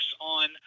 on